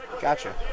gotcha